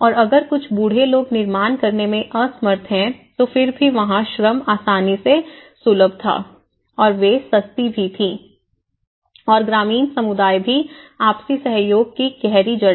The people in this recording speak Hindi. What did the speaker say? और अगर कुछ बूढ़े लोग निर्माण करने में असमर्थ हैं तो फिर भी वहां श्रम आसानी से सुलभ था और वे सस्ती भी थीं और ग्रामीण समुदाय भी आपसी सहयोग की गहरी जड़ें हैं